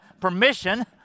permission